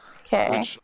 okay